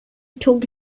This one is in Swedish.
tog